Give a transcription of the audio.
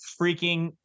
freaking